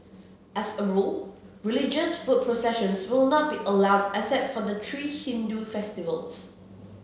as a rule religious foot processions will not be allowed except for the three Hindu festivals